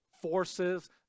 forces